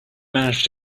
manage